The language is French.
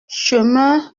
chemin